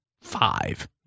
five